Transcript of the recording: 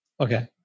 Okay